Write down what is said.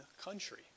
country